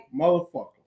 Motherfucker